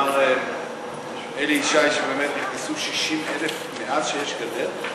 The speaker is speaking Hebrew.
שאמר אלי ישי שבאמת נכנסו 60,000 מאז שיש גדר?